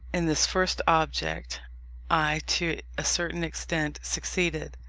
in this first object i, to a certain extent, succeeded.